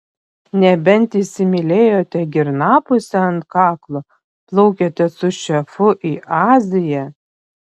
nebent įsimylėjote girnapusę ant kaklo plaukiate su šefu į aziją